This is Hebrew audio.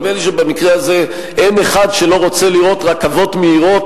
נדמה לי שבמקרה הזה אין אחד שלא רוצה לראות רכבות מהירות,